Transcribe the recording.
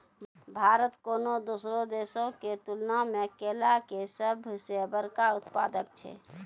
भारत कोनो दोसरो देशो के तुलना मे केला के सभ से बड़का उत्पादक छै